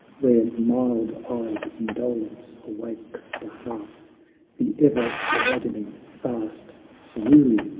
where mild-eyed indolence awakes the harp the ever-widening, vast, cerulean